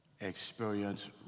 experience